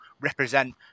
represent